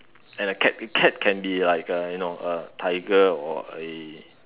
and a cat cat can be like a you know a tiger or a